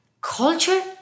Culture